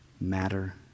matter